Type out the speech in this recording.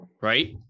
right